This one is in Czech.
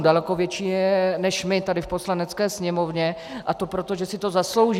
Daleko větší než my tady v Poslanecké sněmovně, a to proto, že si to zaslouží.